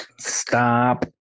stop